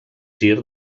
gir